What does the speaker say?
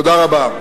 תודה רבה.